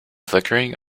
flickering